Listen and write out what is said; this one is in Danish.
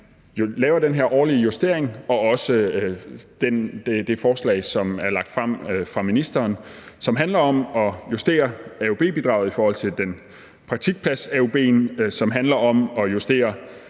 laver den her årlige justering – også det forslag, som er lagt frem af ministeren, som handler om at justere AUB-bidraget i forhold til praktikplads-AUB'en, som handler om at justere